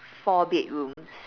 four bedrooms